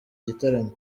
gitaramo